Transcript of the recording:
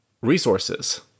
resources